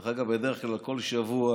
בדרך כלל כל שבוע